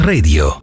Radio